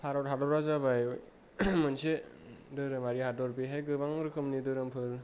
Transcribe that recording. भारत हादरा जाबाय मोनसे धोरोमारि हादर बेहाय गोबां रोखोमनि धोरोमफोर